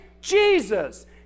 Jesus